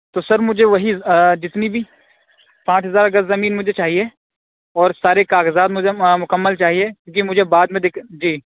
تو سر مجھے وہی جتنی بھی پانچ ہزار گز زمین مجھے چاہیے اور سارے کاغذات مجھے مکمل چاہیے کیوںکہ مجھے بعد میں جی